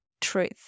truth